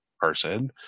person